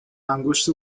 انگشت